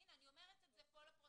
הנה אני אומרת את זה פה לפרוטוקול.